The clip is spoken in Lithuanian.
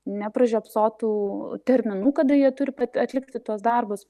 nepražiopsotų terminų kada jie turi kad atlikti tuos darbus